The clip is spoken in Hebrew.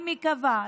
אני מקווה,